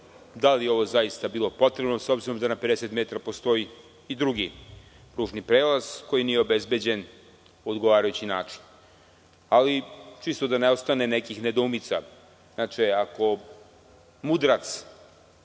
da li je ovo zaista bilo potrebno s obzirom da na 50 metra postoji i drugi kružni prelaz koji nije obezbeđen na odgovarajući način. Ali, čisto da ne ostane nekih nedoumica. Ako mudrac